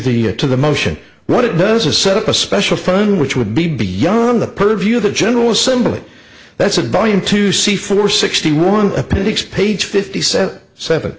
the to the motion what it does is set up a special fund which would be beyond the purview of the general assembly that's a body and to see for sixty one appendix page fifty seven seven